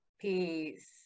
Peace